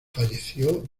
falleció